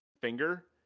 finger